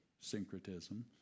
syncretism